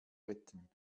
retten